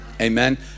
amen